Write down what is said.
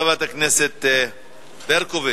חברת הכנסת ברקוביץ.